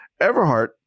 Everhart